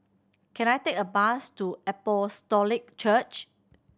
can I take a bus to Apostolic Church